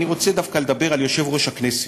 אני רוצה דווקא לדבר על יושב-ראש הכנסת.